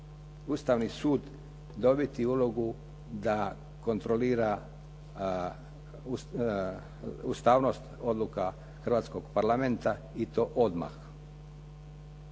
Ustavni sud dobiti ulogu da kontrolira ustavnost odluka Hrvatskog parlamenta i to odmah.